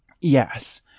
yes